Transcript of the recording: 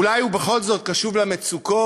אולי הוא בכל זאת קשוב למצוקות,